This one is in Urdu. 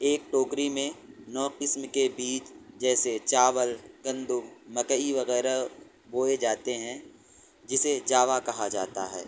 ایک ٹوکری میں نو قسم کے بیج جیسے چاول گندم مکئی وغیرہ بوئے جاتے ہیں جسے جاوا کہا جاتا ہے